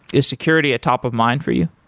is security a top of mind for you?